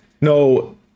no